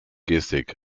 gestik